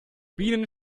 bienen